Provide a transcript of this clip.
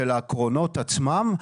של הקרונות עצמם,